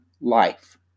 life